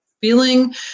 feeling